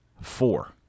Four